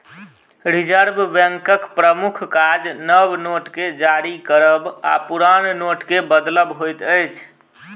reserve बैंकक प्रमुख काज नव नोट के जारी करब आ पुरान नोटके बदलब होइत अछि